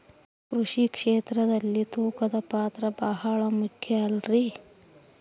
ಕೃಷಿ ಕ್ಷೇತ್ರದಲ್ಲಿ ತೂಕದ ಪಾತ್ರ ಬಹಳ ಮುಖ್ಯ ಅಲ್ರಿ?